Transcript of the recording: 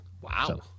Wow